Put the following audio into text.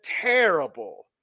terrible